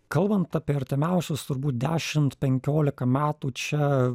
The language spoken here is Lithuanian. kalbant apie artimiausius turbūt dešimt penkiolika metų čia